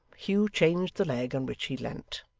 hugh changed the leg on which he leant,